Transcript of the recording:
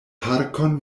parkon